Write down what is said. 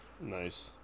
Nice